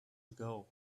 ago